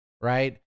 Right